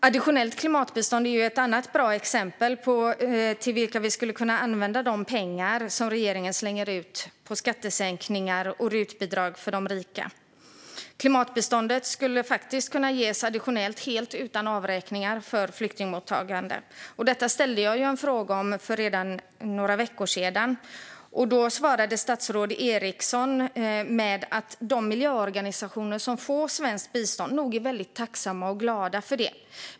Additionellt klimatbistånd är ett annat bra exempel på sådant som vi skulle kunna använda de pengar till som regeringen slänger ut på skattesänkningar och RUT-bidrag till de rika. Klimatbiståndet skulle faktiskt kunna ges additionellt helt utan avräkningar för flyktingmottagande. Detta ställde jag en fråga om redan för några veckor sedan. Då svarade statsrådet Eriksson att de miljöorganisationer som får svenskt bistånd nog är väldigt tacksamma och glada för det.